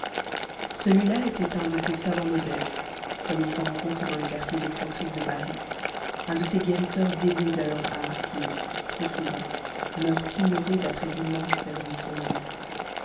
celui-là était un de ces savants modestes comme il s'en rencontre dans les quartiers excentriques de paris un de ces guérisseurs dévoués à leur art qui trop souvent meurent ignorés après d'immenses services rendus